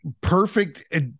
perfect